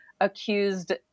accused